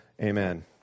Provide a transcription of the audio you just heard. Amen